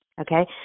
okay